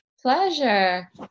Pleasure